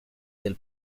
del